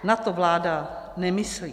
Na to vláda nemyslí.